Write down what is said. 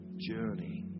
journey